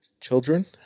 children